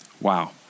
wow